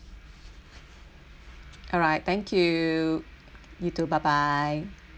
alright thank you you too bye bye